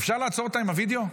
אפשר לעצור עם הווידיאו?